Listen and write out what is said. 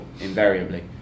invariably